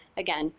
again,